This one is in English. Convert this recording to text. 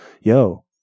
yo